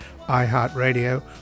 iHeartRadio